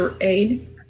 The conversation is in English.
Aid